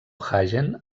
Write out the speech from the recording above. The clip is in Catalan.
hagen